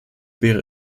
wäre